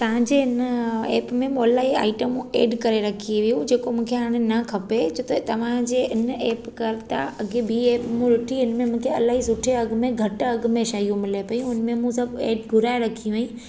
तव्हां जे इन ऐप में मूं इलाही आइटमु ऐड करे रखी वियू जेको मूंखे हाणे न खपे छो त तव्हां जे इन ऐप करता अॻे ॿी ऐप मूं ॾिठी इन मूंखे इलाही सुठे अघु में घटि अघु में शयूं मिलनि पियूं उन में मूं सभु घुराए रखियूं वई